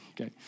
okay